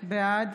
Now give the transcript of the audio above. בעד